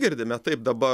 girdime taip dabar